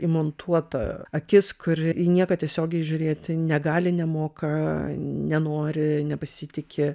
įmontuota akis kuri į nieką tiesiogiai žiūrėti negali nemoka nenori nepasitiki